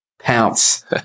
pounce